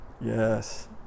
Yes